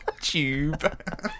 tube